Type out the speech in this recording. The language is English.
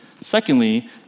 Secondly